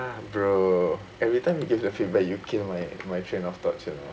bro every time you give the feedback you kill my my train of thoughts you know